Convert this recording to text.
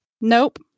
Nope